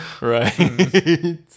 Right